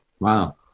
Wow